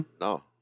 No